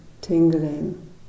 tingling